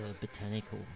botanical